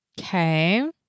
Okay